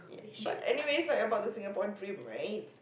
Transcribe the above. but anyways like about the Singaporean dream right